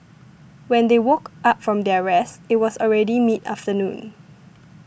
when they woke up from their rest it was already mid afternoon